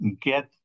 get